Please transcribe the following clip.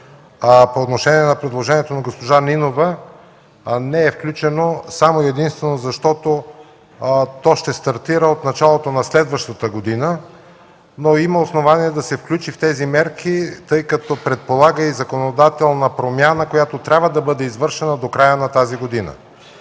По отношение на предложението на госпожа Нинова. Не е включено само и единствено, защото то ще стартира от началото на следващата година, но има основание да се включи в тези мерки, тъй като предполага и законодателна промяна, която трябва да бъде извършена до края на тази година.